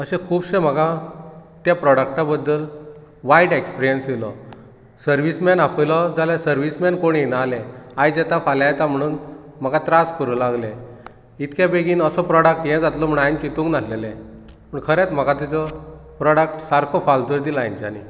अशे खुबशें म्हाका त्या प्रोडक्टा बद्दल वायट एक्सपिरियन्स येयलो सर्वीसमेन आपयलो जाल्यार सर्वीस मेन कोण येना जाले आयज येता फाल्यां येता म्हणून म्हाका त्रास करूंक लागले इतके बेगीन असो प्रॉडक्ट हें जातलो म्हणून हांवेन चितूंक नासलेले पूण खरेंच म्हाका तेचो प्रॉडक्ट सारको फाल्तू दिला हेंच्यानी